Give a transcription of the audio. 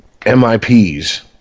MIPs